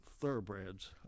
thoroughbreds